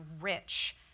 rich